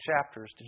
chapters